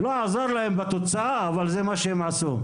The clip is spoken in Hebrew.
לא עזר להם בתוצאה, אבל זה מה שהם עשו.